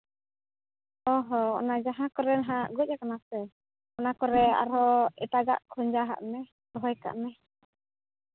ᱚᱸᱻ ᱦᱚᱸ ᱚᱱᱟ ᱡᱟᱦᱟᱸ ᱠᱚᱨᱮ ᱱᱟᱦᱟᱸᱜ ᱜᱚᱡ ᱠᱟᱱᱟ ᱥᱮ ᱚᱱᱟ ᱠᱚᱨᱮ ᱟᱨᱦᱚᱸ ᱮᱴᱟᱜᱟᱜ ᱠᱷᱚᱡᱟ ᱣᱟᱜ ᱢᱮ ᱨᱚᱦᱚᱭ ᱠᱟᱜ ᱢᱮ